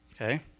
Okay